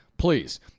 Please